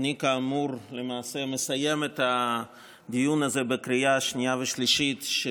אני כאמור מסיים את הדיון הזה בקריאה השנייה והשלישית של